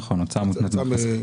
נכון, הוצאה מותנית בהכנסה.